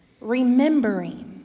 remembering